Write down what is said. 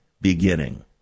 beginning